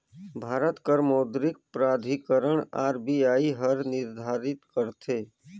भारत कर मौद्रिक प्राधिकरन आर.बी.आई हर निरधारित करथे